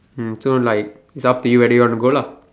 mm so like it's up to you whether you want to go lah